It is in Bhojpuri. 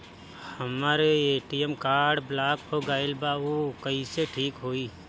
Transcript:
हमर ए.टी.एम कार्ड ब्लॉक हो गईल बा ऊ कईसे ठिक होई?